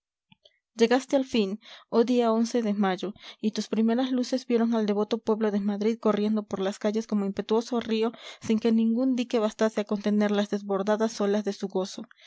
llegaste al fin oh día de mayo y tus primeras luces vieron al devoto pueblo de madrid corriendo por las calles como impetuoso río sin que ningún dique bastase a contener las desbordadas olas de su gozo